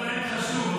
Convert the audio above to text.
חשוב,